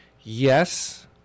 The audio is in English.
Yes